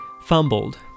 fumbled